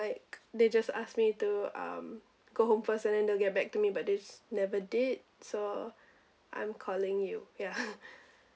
like they just asked me to um go home first and then they will get back to me but they never did so I'm calling you ya